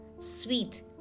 sweet